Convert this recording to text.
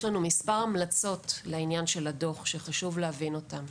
יש לנו מספר המלצות לעניין הדוח שחשוב להבין אותן.